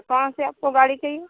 कौन सी आपको गाड़ी चाहिए